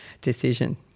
decision